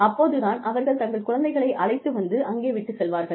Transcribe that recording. அப்போது தான் அவர்கள் தங்கள் குழந்தைகளை அழைத்து வந்து அங்கே விட்டுச் செல்வார்கள்